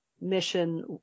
mission